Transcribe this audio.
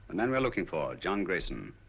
man were looking for, john grayson.